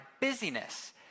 busyness